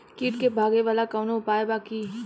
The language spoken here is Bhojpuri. कीट के भगावेला कवनो उपाय बा की?